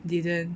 didn't